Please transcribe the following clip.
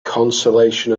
consolation